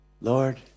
Lord